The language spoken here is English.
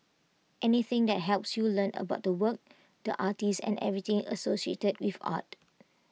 anything that helps you learn about the work the artist and everything associated with art